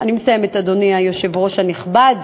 אני מסיימת, אדוני היושב-ראש הנכבד.